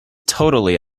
totally